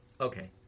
Okay